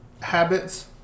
habits